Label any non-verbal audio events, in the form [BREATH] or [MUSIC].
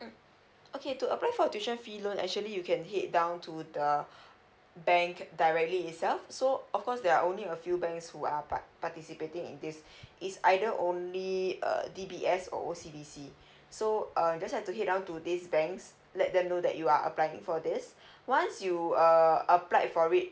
mm okay to apply for tuition fee loan actually you can head down to the bank directly itself so of course there are only a few banks who are par participating in this is [BREATH] is either only uh D B S or O C B C so uh just have to head down to these banks let them know that you are applying for this once you err applied for it